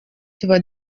tuba